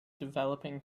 developing